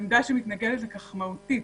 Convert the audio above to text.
עמדה שמתנגדת לכך מבחינה מהותית.